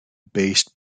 based